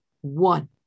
one